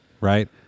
right